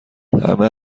همه